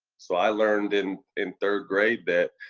so i learned in in third grade that,